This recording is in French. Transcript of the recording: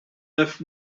neuf